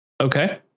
Okay